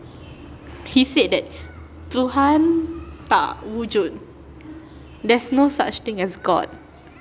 he said that tuhan tak wujud there's no such thing as god